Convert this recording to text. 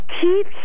keep